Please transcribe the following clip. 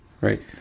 Right